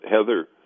Heather